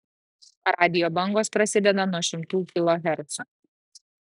radijo bangos prasideda nuo šimtų kilohercų